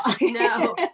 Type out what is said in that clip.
no